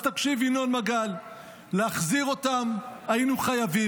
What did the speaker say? אז תקשיב, ינון מגל, להחזיר אותם היינו חייבים.